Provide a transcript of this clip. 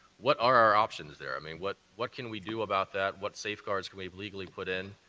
what are our options there? i mean, what what can we do about that, what safeguards can we legally put in,